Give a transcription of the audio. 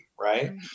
right